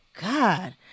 God